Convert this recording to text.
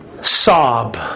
sob